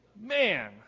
Man